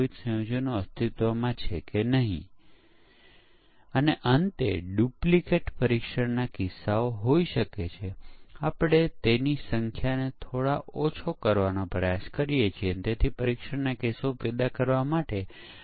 system પરીક્ષણમાં તે સમાન ભૂલ પકડાઇ શકે છે પરંતુ તે પછી તેને સુધારવું ખૂબ ખર્ચાળ હશે